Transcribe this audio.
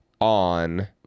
on